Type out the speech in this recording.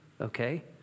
okay